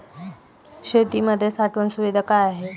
शेतीमध्ये साठवण सुविधा काय आहेत?